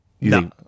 No